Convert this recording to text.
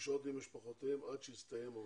לשהות עם משפחותיהם עד שיסתיים המשבר.